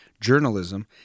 journalism